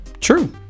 true